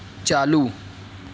چالو